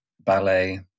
ballet